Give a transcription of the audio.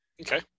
okay